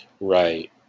Right